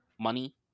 money